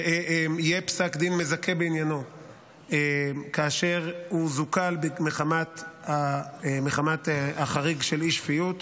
יהיה פסק דין מזכה בעניינו והוא זוכה מחמת החריג של אי-שפיות,